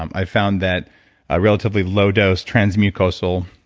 i found that a relatively low dose transmucosal,